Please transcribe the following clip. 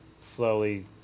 slowly